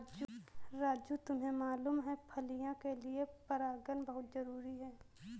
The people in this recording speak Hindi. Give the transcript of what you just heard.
राजू तुम्हें मालूम है फलियां के लिए परागन बहुत जरूरी है